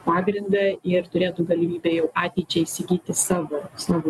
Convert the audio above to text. pagrindą ir turėtų galimybę jau ateičiai įsigyti savo savo